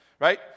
right